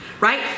Right